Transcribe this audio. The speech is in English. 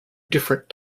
different